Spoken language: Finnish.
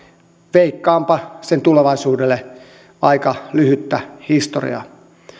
veikkaanpa sen tulevaisuudelle aika lyhyttä historiaa